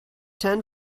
ten